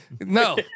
no